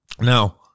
Now